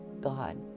God